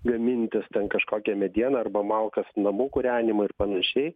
gamintis ten kažkokią medieną arba malkas namų kūrenimui ir panašiai